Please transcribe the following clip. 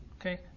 Okay